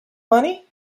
money